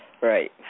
Right